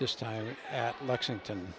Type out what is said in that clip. this time at lexington